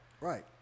Right